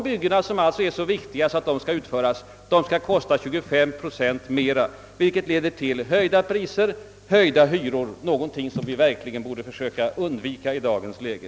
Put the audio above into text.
Byggen som är så viktiga att de skall få utföras kommer alltså att kosta 25 procent mera, vilket i sin tur leder till höjda priser och hyror, något som vi verkligen borde försöka undvika i dagens läge.